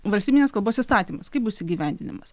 valstybinės kalbos įstatymas kaip bus įgyvendinimas